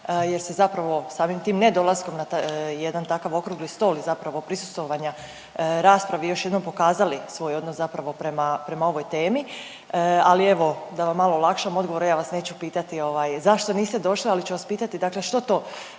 jer se zapravo samim tim nedolaskom na taj, jedan takav okrugli stol i zapravo prisustvovanja raspravi još jednom pokazali svoj odnos zapravo prema, prema ovoj temi. Ali evo da vam malo olakšam odgovore ja vas neću pitati ovaj zašto niste došli ali ću vas pitati dakle